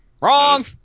Wrong